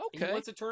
Okay